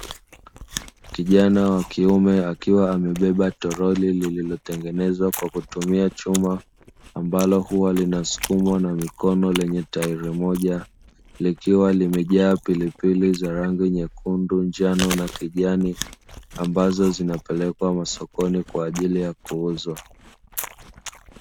Kijana wa kiume akiwa amebeba toroli lililotengenezwa kwa kutumia chuma, ambalo huwa linasukumwa na mikono lenye tairi moja likiwa limejaa pilipili za rangi nyekundu, njano na kijani, ambazo zinapelekwa masokoni kwa ajili ya kuuzwa.